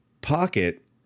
Pocket